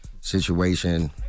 situation